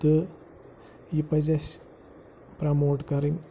تہٕ یہِ پَزِ اَسہِ پرٛٮ۪موٹ کَرٕنۍ